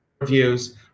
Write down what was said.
reviews